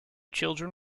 children